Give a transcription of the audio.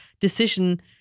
decision